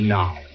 now